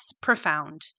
profound